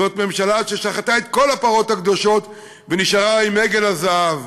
זו ממשלה ששחטה את כל הפרות הקדושות ונשארה עם עגל הזהב.